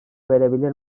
verebilir